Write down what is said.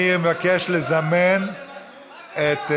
אני מבקש לזמן את,